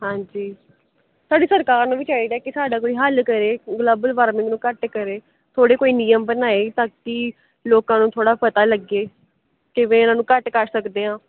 ਹਾਂਜੀ ਸਾਡੀ ਸਰਕਾਰ ਨੂੰ ਵੀ ਚਾਹੀਦਾ ਕਿ ਸਾਡਾ ਕੋਈ ਹੱਲ ਕਰੇ ਗਲੋਬਲ ਵਾਰਮਿੰਗ ਨੂੰ ਘੱਟ ਕਰੇ ਥੋੜ੍ਹੇ ਕੋਈ ਨਿਯਮ ਬਣਾਏ ਤਾਂ ਕਿ ਲੋਕਾਂ ਨੂੰ ਥੋੜ੍ਹਾ ਪਤਾ ਲੱਗੇ ਕਿਵੇਂ ਇਹਨਾਂ ਨੂੰ ਘੱਟ ਕਰ ਸਕਦੇ ਹਾਂ